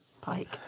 Pike